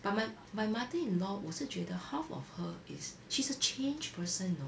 but my my mother-in-law 我是觉得 half of her is she's a changed person you know